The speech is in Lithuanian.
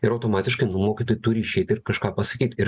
ir automatiškai nu mokytojai turi išeit ir kažką pasakyt ir